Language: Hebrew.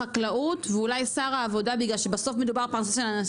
חקלאות ואולי שר העבודה בגלל שבסוף מדובר על פרנסה של אנשים.